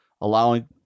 allowing